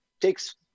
takes